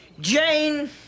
Jane